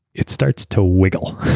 it starts to wiggle.